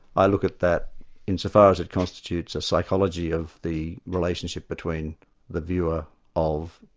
i look at that insofar as it constitutes a psychology of the relationship between the viewer of,